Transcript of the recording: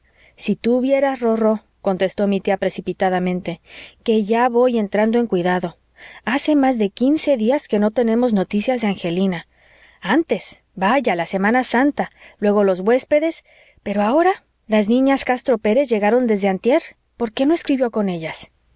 tú vieras rorró contestó mi tía precipitadamente que ya voy entrando en cuidado hace más de quince días que no tenemos noticias de angelina antes vaya la semana santa luego los huéspedes pero ahora las niñas castro pérez llegaron desde antier por qué no escribió con ellas